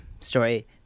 story